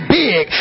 big